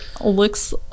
looks